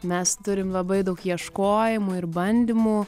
mes turim labai daug ieškojimų ir bandymų